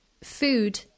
food